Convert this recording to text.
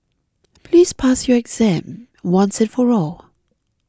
please pass your exam once and for all